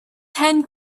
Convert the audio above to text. ten